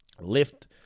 Lift